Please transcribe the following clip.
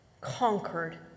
conquered